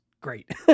great